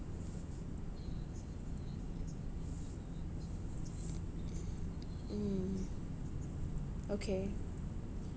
mm okay